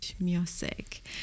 music